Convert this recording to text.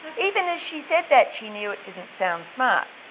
but even as she said that she knew it didn't sound smart